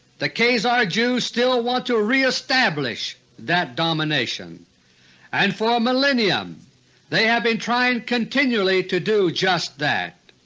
the khazar jews still ah want to reestablish that domination and for a millennium they have been trying continually to do just that.